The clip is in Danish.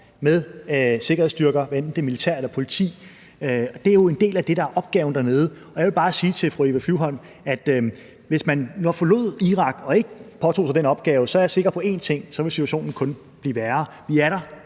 med sikkerhedsstyrker, hvad enten det er militær eller politi. Det er jo en del af det, der er opgaven dernede. Jeg vil bare sige til fru Eva Flyvholm, at jeg, hvis man nu forlod Irak og ikke påtog sig den opgave, så er sikker på én ting: at situationen kun vil blive værre. Vi er der,